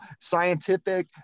scientific